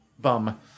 bum